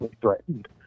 threatened